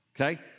okay